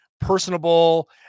personable